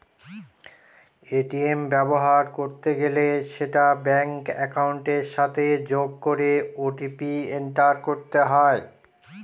ATM ব্যবহার করতে গেলে সেটা ব্যাঙ্ক একাউন্টের সাথে যোগ করে ও.টি.পি এন্টার করতে হয়